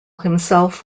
himself